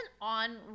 on